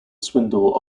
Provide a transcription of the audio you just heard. swindle